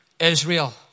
Israel